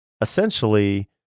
essentially